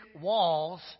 walls